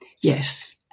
Yes